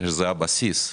זה הבסיס,